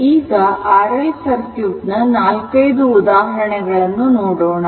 ಈಗ RL circuit ನ 4 5 ಉದಾಹರಣೆಗಳನ್ನು ನೋಡೋಣ